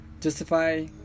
justify